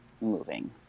moving